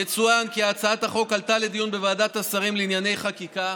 יצוין כי הצעת החוק עלתה לדיון בוועדת השרים לענייני חקיקה,